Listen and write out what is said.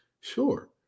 Sure